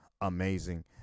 amazing